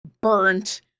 burnt